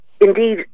Indeed